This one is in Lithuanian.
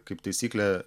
kaip taisyklė